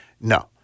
No